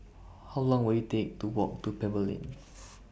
How Long Will IT Take to Walk to Pebble Lane